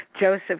Joseph